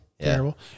terrible